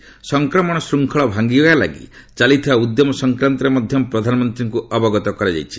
ସଫକ୍ରମଣ ଶୃଙ୍ଖଳ ଭାଙ୍ଗିବା ଲାଗି ଚାଲିଥିବା ଉଦ୍ୟମ ସଂକ୍ରାନ୍ତରେ ମଧ୍ୟ ପ୍ରଧାନମନ୍ତ୍ରୀଙ୍କୁ ଅବଗତ କରାଯାଇଛି